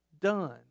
done